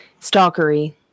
stalkery